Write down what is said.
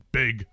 big